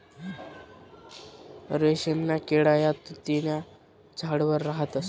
रेशीमना किडा या तुति न्या झाडवर राहतस